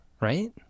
Right